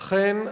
אכן,